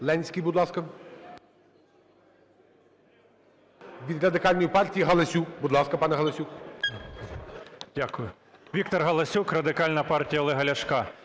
Ленський, будь ласка. Від Радикальної партії Галасюк. Будь ласка, пане Галасюк. 11:45:36 ГАЛАСЮК В.В. Дякую. Віктор Галасюк, Радикальна партія Олега Ляшка.